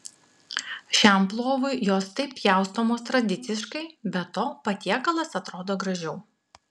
šiam plovui jos taip pjaustomos tradiciškai be to patiekalas atrodo gražiau